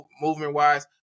movement-wise